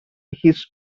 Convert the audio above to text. his